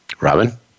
Robin